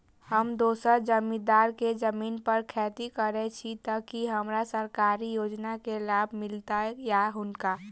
हम दोसर जमींदार केँ जमीन पर खेती करै छी तऽ की हमरा सरकारी योजना केँ लाभ मीलतय या हुनका?